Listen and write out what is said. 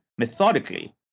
methodically